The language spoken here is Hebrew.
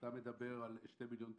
ואתה מדבר על 2 מיליון תלמידים,